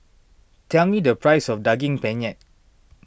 tell me the price of Daging Penyet